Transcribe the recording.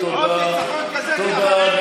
באיזה ביטחון אתה אומר?